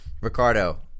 Ricardo